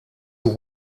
who